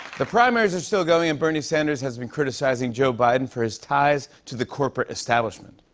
the primaries are still going, and bernie sanders has been criticizing joe biden for his ties to the corporate establishment.